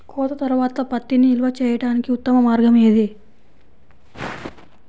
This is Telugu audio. కోత తర్వాత పత్తిని నిల్వ చేయడానికి ఉత్తమ మార్గం ఏది?